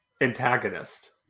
antagonist